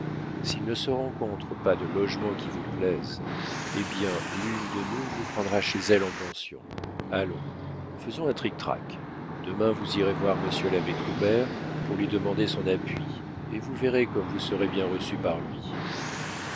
s'il ne se rencontre pas de logement qui vous plaise eh bien l'une de nous vous prendra chez elle en pension allons faisons un trictrac demain vous irez voir monsieur l'abbé troubert pour lui demander son appui et vous verrez comme vous serez bien reçu par lui